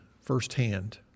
firsthand